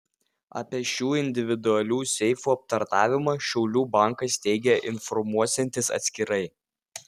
apie šių individualių seifų aptarnavimą šiaulių bankas teigia informuosiantis atskirai